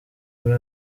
muri